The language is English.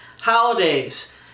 holidays